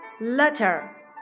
Letter